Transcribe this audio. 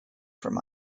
from